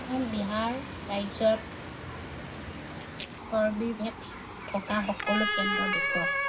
মোক বিহাৰ ৰাজ্যৰ কৰ্বীভেক্স থকা সকলো কেন্দ্ৰ দেখুৱাওক